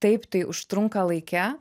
taip tai užtrunka laike